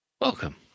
Welcome